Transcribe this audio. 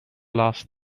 last